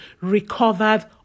recovered